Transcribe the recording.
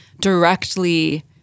directly